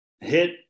hit